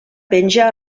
penja